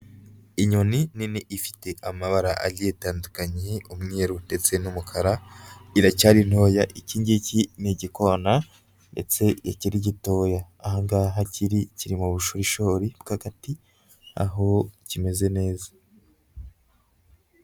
Inyoni nini ifite amabara agiye atandukanye umweru ndetse n'umukara, iracyari ntoya, iki ngiki ni igikona ndetse kikiri gitoya. Aha ngaha kiri, kiri mu bushorishori bw'agati aho kimeze neza.